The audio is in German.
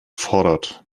fordert